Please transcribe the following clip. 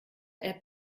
app